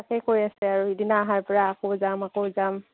তাকে কৈ আছে আৰু সিদিনা অহাৰ পৰা আকৌ যাম আকৌ যাম